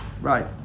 Right